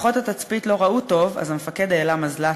כוחות התצפית לא ראו טוב אז המפקד העלה מזל"ט